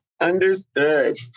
understood